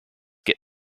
get